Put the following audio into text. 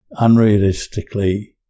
unrealistically